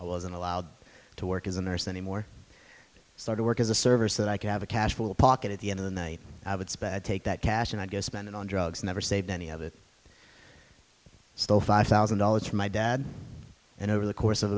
i wasn't allowed to work as a nurse anymore i started work as a service that i could have a casual pocket at the end of the night i would take that cash and i'd go spend it on drugs never saved any of it still five thousand dollars for my dad and over the course of